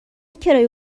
کرایه